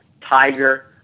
Tiger